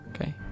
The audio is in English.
okay